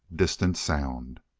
distant sound.